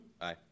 Aye